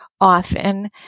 often